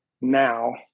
now